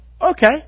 okay